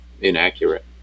inaccurate